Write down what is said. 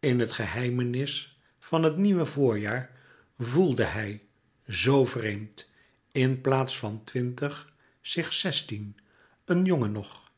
in het geheimenis van het nieuwe voorjaar voelde hij zoo vreemd in plaats van twintig zich zestien een jongen nog